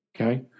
okay